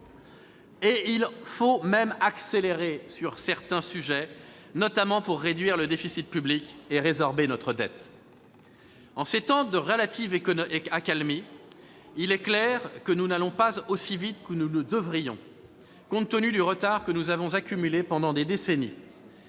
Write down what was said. Il faut même accélérer sur certains sujets, notamment pour réduire le déficit public et résorber notre dette. En ces temps de relative accalmie, il est clair que nous n'allons pas aussi vite que nous le devrions, compte tenu du retard que nous avons accumulé pendant des décennies.